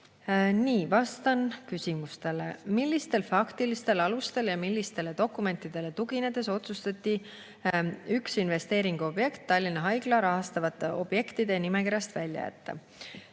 esimees! Vastan küsimustele. "Millistel faktilistel alustel ja millistele dokumentidele tuginedes otsustati üks investeeringu objekt "Tallinna Haigla" rahastatavate objektide nimekirjast välja jätta?"